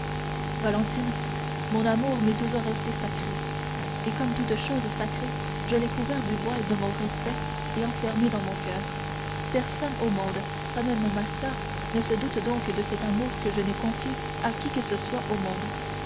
valentine mon amour m'est toujours resté sacré et comme toute chose sacrée je l'ai couvert du voile de mon respect et enfermé dans mon coeur personne au monde pas même ma soeur ne se doute donc de cet amour que je n'ai confié à qui que ce soit au monde